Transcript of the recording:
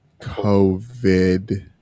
COVID